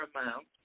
amount